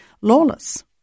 lawless